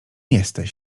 jesteś